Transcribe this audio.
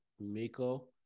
Miko